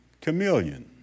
chameleon